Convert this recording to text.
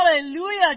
hallelujah